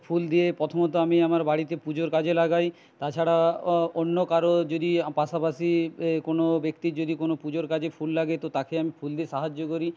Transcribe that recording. ফুল দিয়ে প্রথমত আমি আমার বাড়িতে পুজোর কাজে লাগাই তাছাড়া অন্য কারো যদি পাশাপাশি কোনও ব্যক্তির যদি কোনও পুজোর কাজে ফুল লাগে তো তাকে আমি ফুল দিয়ে সাহায্য করি